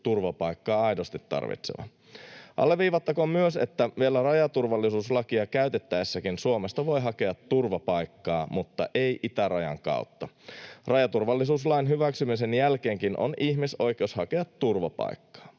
turvapaikkaa aidosti tarvitseva. Alleviivattakoon myös, että vielä rajaturvallisuuslakia käytettäessäkin Suomesta voi hakea turvapaikkaa, mutta ei itärajan kautta. Rajaturvallisuuslain hyväksymisen jälkeenkin on ihmisoikeus hakea turvapaikkaa,